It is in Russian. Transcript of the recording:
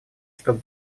чтобы